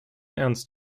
ernst